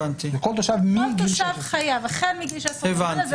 זה כל תושב מגיל 16. כל תושב חייב החל מגיל 16 ומעלה,